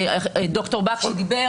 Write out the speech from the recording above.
ד"ר בקשי דיבר.